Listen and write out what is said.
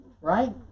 Right